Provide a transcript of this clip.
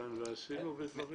נכון?